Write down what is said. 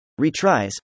retries